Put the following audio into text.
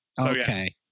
Okay